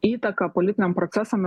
įtaka politiniam procesam